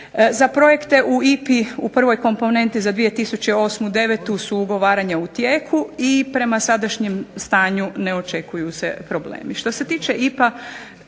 Za projekte u IPA-i u prvoj komponenti za 2008./9. su ugovaranja u tijeku i prema sadašnjem stanju ne očekuju se problemi. Što se tiče IPA